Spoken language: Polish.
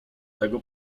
tego